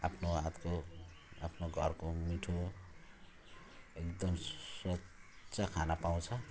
आफ्नो हातको आफ्नो घरको मिठो एकदम स्वच्छ खानु पाउँछ